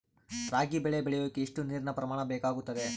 ರಾಗಿ ಬೆಳೆ ಬೆಳೆಯೋಕೆ ಎಷ್ಟು ನೇರಿನ ಪ್ರಮಾಣ ಬೇಕಾಗುತ್ತದೆ?